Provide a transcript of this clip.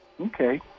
Okay